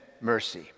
mercy